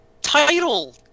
title